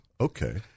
Okay